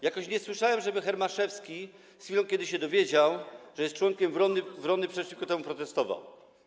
Jakoś nie słyszałem, żeby Hermaszewski, z chwilą kiedy się dowiedział, że jest członkiem WRON-y, przeciwko temu protestował.